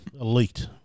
Elite